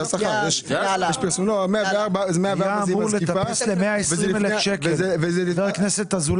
בסופו של דבר באים אלינו, חברי הכנסת,